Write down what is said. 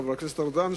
חבר הכנסת ארדן,